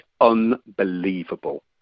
unbelievable